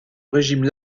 régime